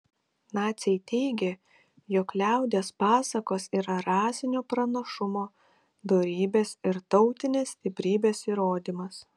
naciai teigė jog liaudies pasakos yra rasinio pranašumo dorybės ir tautinės stiprybės įrodymas